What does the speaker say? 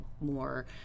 more